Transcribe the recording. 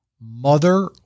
mother